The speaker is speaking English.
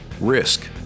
risk